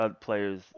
players